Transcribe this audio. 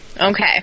Okay